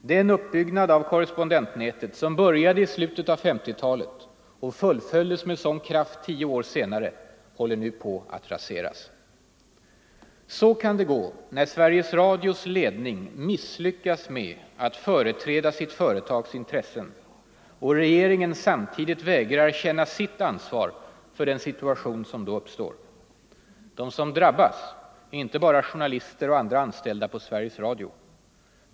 Den uppbyggnad av korrespondentnätet som började i slutet av 1950-talet och fullföljdes med sådan kraft tio år senare håller nu på att raseras. Så kan det gå när Sveriges Radios ledning misslyckas med att företräda sitt företags intressen och regeringen samtidigt vägrar känna sitt ansvar för den situation som då uppstår. De som drabbas är inte bara journalister och andra anställda på Sveriges Radio.